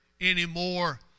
anymore